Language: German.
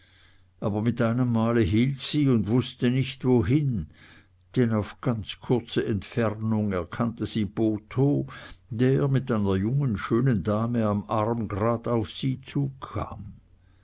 aber mit einem male hielt sie und wußte nicht wohin denn auf ganz kurze entfernung erkannte sie botho der mit einer jungen schönen dame am arm grad auf sie zukam